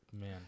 Man